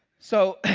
so,